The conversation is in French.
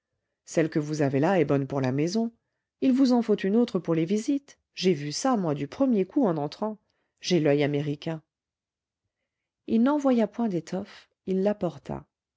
celle que vous avez là est bonne pour la maison il vous en faut une autre pour les visites j'ai vu ça moi du premier coup en entrant j'ai l'oeil américain il n'envoya point d'étoffe il l'apporta